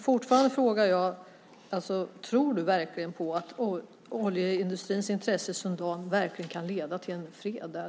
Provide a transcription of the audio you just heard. Därför frågar jag igen: Tror du verkligen på att oljeindustrins intressen i Sudan kan leda till en fred där?